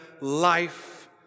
life